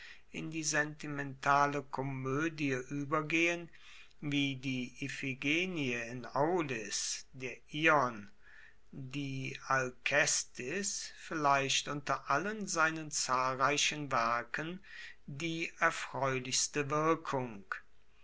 in die sentimentale komoedie uebergehen wie die iphigenie in aulis der ion die alkestis vielleicht unter all seinen zahlreichen werken die erfreulichste wirkung